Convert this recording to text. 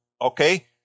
okay